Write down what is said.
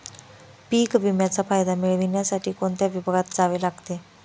पीक विम्याचा फायदा मिळविण्यासाठी कोणत्या विभागात जावे लागते?